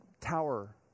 tower